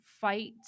fight